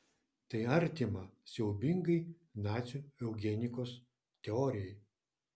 tai artima siaubingai nacių eugenikos teorijai